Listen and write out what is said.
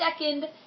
second